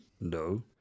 No